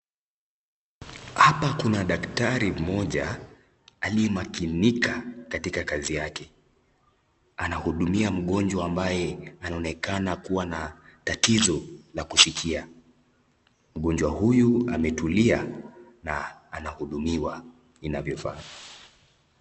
Hapa kuna daktari mmoja aliyemakinika katika kazi yake, anahudumia mgonjwa ambaye anaonekana kuwa na tatizo la kusikia . Mgonjwa huyu ametulia na ana hudumiwa inavyo faa.